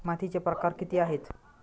मातीचे प्रकार किती आहेत?